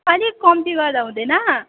अलिक कम्ती गर्दा हुँदैन